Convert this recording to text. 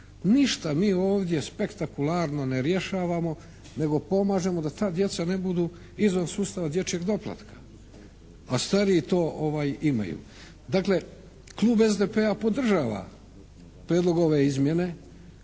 Ništa mi ovdje spektakularno ne rješavamo nego pomažemo da ta djeca ne budu izvan sustava dječjeg doplatka, a stariji to imaju. Dakle Klub SDP-a podržava prijedlog ove izmjene.